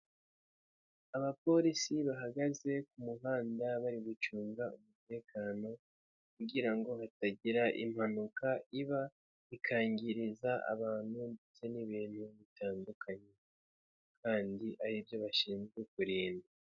Abapolisi bahagaze ku muhanda bari gucunga umutekano kugira ngo hatagira impanuka iba ikangiriza abantu ndetse n'ibintu bitandukanye kandi aribyo bashinzwe kurinda.